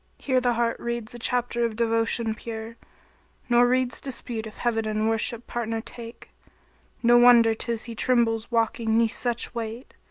here the heart reads a chapter of devotion pure nor reads dispute if heaven in worship partner take no wonder tis he trembles walking neath such weight!